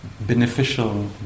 beneficial